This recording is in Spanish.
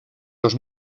dos